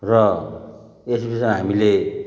र यस विषयमा हामीले